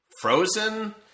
frozen